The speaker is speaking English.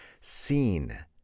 seen